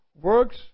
works